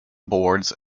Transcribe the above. boards